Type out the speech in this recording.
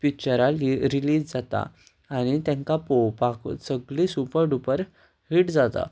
पिक्चरां रिलीज जाता आनी तांकां पळोवपाकूच सगळीं सुपर डुपर हीट जाता